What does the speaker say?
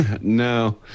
no